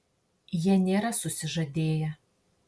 jie nėra susižadėję